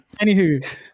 anywho